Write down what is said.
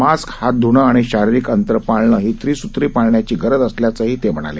mask हात ध्णे आणि शारिरीक अंतर पाळणे ही त्रिसूत्री पाळण्याची गरज असल्याचंही ते म्हणाले